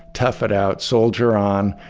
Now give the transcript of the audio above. tough it out, soldier on,